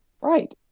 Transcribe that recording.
Right